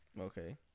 Okay